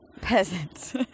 peasants